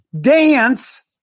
dance